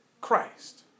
Christ